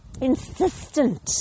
insistent